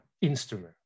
instrument